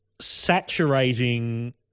saturating